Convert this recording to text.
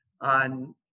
on